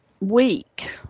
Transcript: week